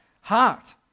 heart